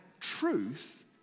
truth